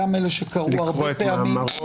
גם אלה שקראו הרבה פעמים,